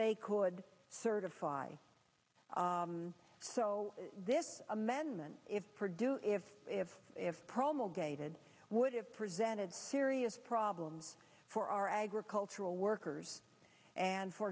they could certify so this amendment if for do if if if promulgated would have presented serious problems for our agricultural workers and for